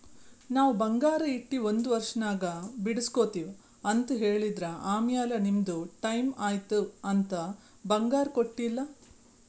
ನಾವ್ ಬಂಗಾರ ಇಟ್ಟಿ ಒಂದ್ ವರ್ಷನಾಗ್ ಬಿಡುಸ್ಗೊತ್ತಿವ್ ಅಂತ್ ಹೇಳಿದ್ರ್ ಆಮ್ಯಾಲ ನಿಮ್ದು ಟೈಮ್ ಐಯ್ತ್ ಅಂತ್ ಬಂಗಾರ ಕೊಟ್ಟೀಲ್ಲ್